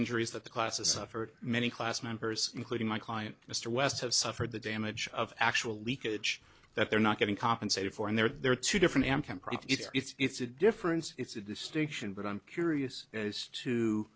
injuries that the classes offered many class members including my client mr west have suffered the damage of actual leakage that they're not getting compensated for and there are two different am kemper it's a difference it's a distinction but i'm curious as to